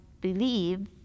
believe